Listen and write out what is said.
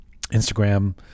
Instagram